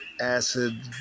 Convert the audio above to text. acid